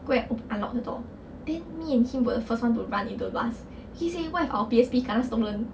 go and unlock the door then me and him were the first one to run into the bus he say what if our P_S_P kena stolen